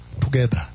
together